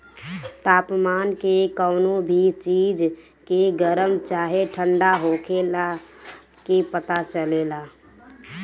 तापमान के कवनो भी चीज के गरम चाहे ठण्डा होखला के पता चलेला